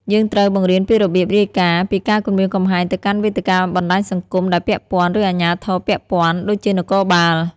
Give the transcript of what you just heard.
យើងត្រូវ បង្រៀនពីរបៀបរាយការណ៍ ពីការគំរាមកំហែងទៅកាន់វេទិកាបណ្ដាញសង្គមដែលពាក់ព័ន្ធ ឬអាជ្ញាធរពាក់ព័ន្ធ ដូចជានគរបាល។